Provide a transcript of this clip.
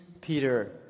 Peter